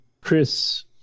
Chris